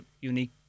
unique